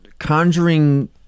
Conjuring